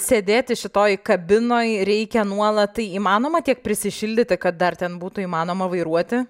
sėdėti šitoj kabinoj reikia nuolat tai įmanoma tiek prisišildyti kad dar ten būtų įmanoma vairuoti